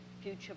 future